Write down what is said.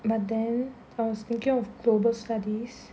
but then I was thinking of global studies